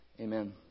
Amen